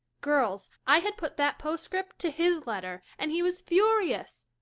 girls, i had put that postscript to his letter and he was furious.